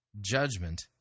judgment